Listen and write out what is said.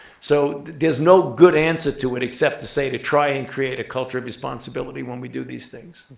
so there's no good answer to it except to say to try and create a culture of responsibility when we do these things.